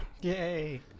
Yay